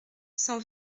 cent